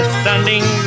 standing